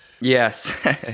Yes